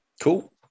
Cool